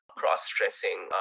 cross-dressing